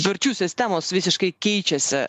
verčių sistemos visiškai keičiasi